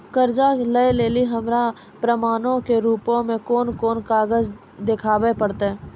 कर्जा लै लेली हमरा प्रमाणो के रूपो मे कोन कोन कागज देखाबै पड़तै?